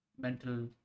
mental